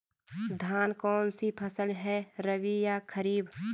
धान कौन सी फसल है रबी या खरीफ?